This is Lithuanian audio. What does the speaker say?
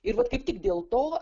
ir vat kaip tik dėl to